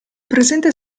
presente